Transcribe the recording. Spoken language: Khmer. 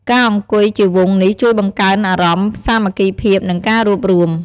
ការអង្គុយជាវង់នេះជួយបង្កើនអារម្មណ៍សាមគ្គីភាព និងការរួបរួម។